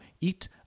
eat